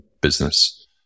business